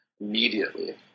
immediately